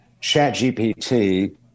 ChatGPT